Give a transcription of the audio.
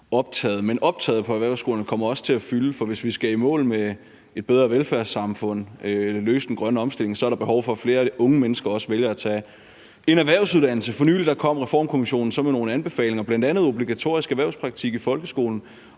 optaget. Men optaget på erhvervsskolerne kommer også til at fylde, for hvis vi skal i mål med et bedre velfærdssamfund og løse den grønne omstilling, er der behov for, at flere unge mennesker også vælger at tage en erhvervsuddannelse. For nylig kom Reformkommissionen så med nogle anbefalinger, bl.a. obligatorisk erhvervspraktik i folkeskolen.